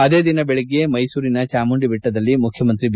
ಅದೇ ದಿನ ಬೆಳಗ್ಗೆ ಮೈಸೂರಿನ ಚಾಮುಂಡಿಬೆಟ್ಟದಲ್ಲಿ ಮುಖ್ಯಮಂತ್ರಿ ಬಿ